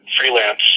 freelance